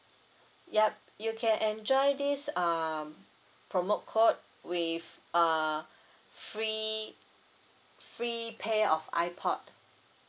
yup you can enjoy this um promo code with uh free free pair of ipod